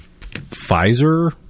Pfizer